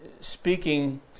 speaking